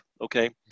okay